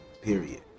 period